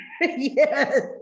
Yes